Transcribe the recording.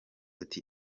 ati